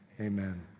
Amen